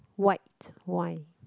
white wine